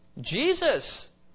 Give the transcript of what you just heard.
Jesus